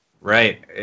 Right